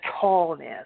tallness